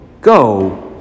Go